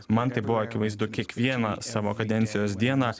man tai buvo akivaizdu kiekvieną savo kadencijos dieną